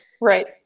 Right